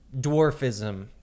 dwarfism